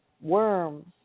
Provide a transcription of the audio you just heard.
worms